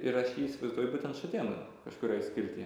ir aš jį įsivaizduoju būtent šatėnų karkurioj skilty